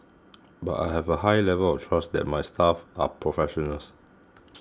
but I have a high level of trust that my staff are professionals